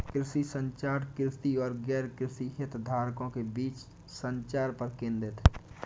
कृषि संचार, कृषि और गैरकृषि हितधारकों के बीच संचार पर केंद्रित है